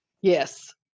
Yes